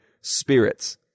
spirits